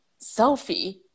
selfie